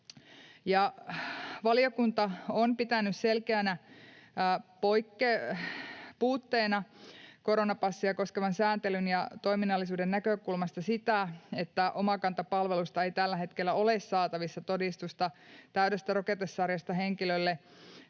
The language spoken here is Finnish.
Valiokunta on pitänyt selkeänä puutteena koronapassia koskevan sääntelyn ja toiminnallisuuden näkökulmasta sitä, että Omakanta-palvelusta ei tällä hetkellä ole saatavissa todistusta täydestä rokotesarjasta henkilölle,